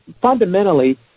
fundamentally